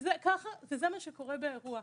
וזה מה שקורה באירוע.